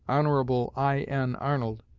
hon. i n. arnold,